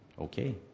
Okay